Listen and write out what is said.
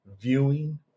viewing